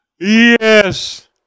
Yes